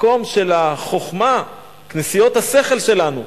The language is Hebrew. מקום של החוכמה, כנסיות השכל שלנו,